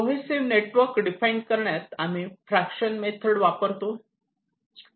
cohesive network define करण्यात आम्ही fraction method वापरतो